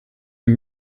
you